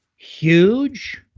huge.